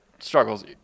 Struggles